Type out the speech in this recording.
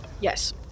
Yes